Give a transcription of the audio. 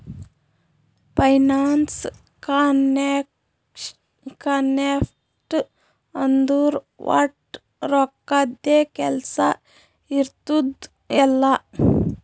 finance concept ಅಂದುರ್ ವಟ್ ರೊಕ್ಕದ್ದೇ ಕೆಲ್ಸಾ ಇರ್ತುದ್ ಎಲ್ಲಾ